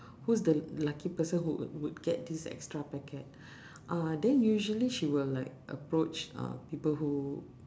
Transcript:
who's the lucky person who would would get this extra packet uh then usually she will like approach uh people who